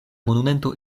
monumento